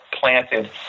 planted